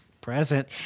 present